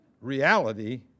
Reality